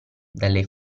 dalle